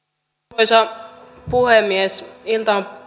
arvoisa puhemies ilta